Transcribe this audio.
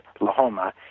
Lahoma